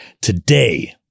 today